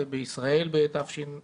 ובישראל בשנת